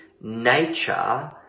nature